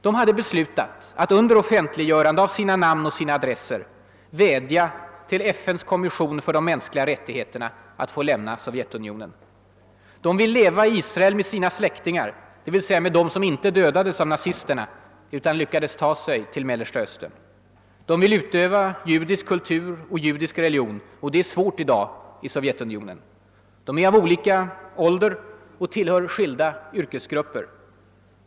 De hade beslutat att under offentligörande av sina namn och adressser vädja till FN:s kommission för de mänskliga rättigheterna att få lämna Sovjetunionen. De vill leva i Israel med sina släktingar, d. v. s. med dem som inte dödades av nazisterna utan lyckades ta sig till Mellersta Östern. De vill utöva judisk kultur och judisk religion — det är svårt i Sovjetunionen. De är av olika ålder och tillhör skilda yrkesgrupper.